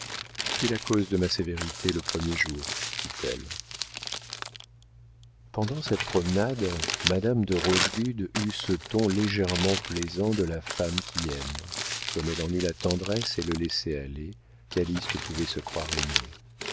fut la cause de ma sévérité le premier jour dit-elle pendant cette promenade madame de rochegude eut ce ton légèrement plaisant de la femme qui aime comme elle en eut la tendresse et le laisser-aller calyste pouvait se croire aimé